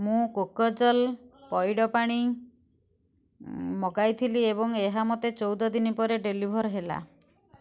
ମୁଁ କୋକୋଜଲ୍ ପଇଡ଼ ପାଣି ମଗାଇଥିଲି ଏବଂ ଏହା ମୋତେ ଚଉଦ ଦିନି ପରେ ଡେଲିଭର୍ ହେଲା